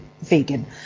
vegan